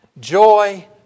Joy